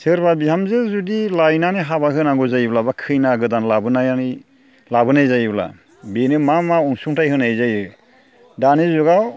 सोरबा बिहामजो जुदि लानानै हाबा होनांगौ जायोब्ला एबा खैना गोदान लाबोनानै लाबोनाय जायोब्ला बेनो मा मा अनसुंथाइ होनाय जायो दानि जुगाव